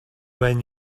when